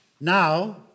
Now